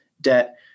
debt